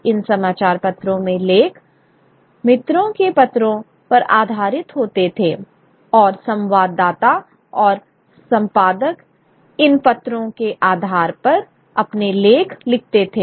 इन समाचार पत्रों में लेख मित्रों के पत्रों पर आधारित होते थे और संवाददाता और संपादक इन पत्रों के आधार पर अपने लेख लिखते थे